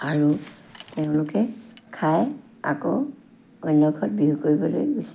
আৰু তেওঁলোকে খাই আকৌ অন্য ঘৰত বিহু কৰিবলৈ গুচি যায়